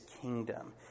kingdom